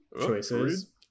choices